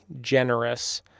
generous